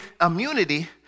immunity